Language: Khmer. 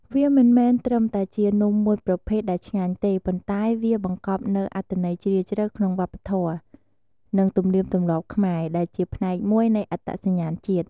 វាមិនមែនត្រឹមតែជានំមួយប្រភេទដែលឆ្ងាញ់ទេ ប៉ុន្តែវាបង្កប់នូវអត្ថន័យជ្រាលជ្រៅក្នុងវប្បធម៌ និងទំនៀមទម្លាប់ខ្មែរ ដែលជាផ្នែកមួយនៃអត្តសញ្ញាណជាតិ។